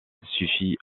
suffit